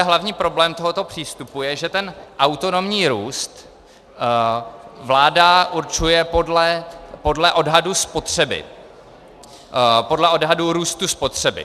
Hlavní problém tohoto přístupu je, že ten autonomní růst vláda určuje podle odhadu spotřeby, podle odhadu růstu spotřeby.